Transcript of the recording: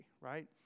right